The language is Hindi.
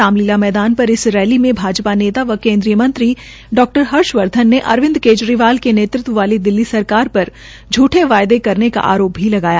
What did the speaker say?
रामलीला मैदान पर इस रैली में भाजपा नेता व केन्द्रीय मंत्री डा हर्षवर्धन ने अरविंद केजरीवाल के नेतृत्व वाली दिल्ली सरकार पर झूठे वायदे करने का आरोप लगाया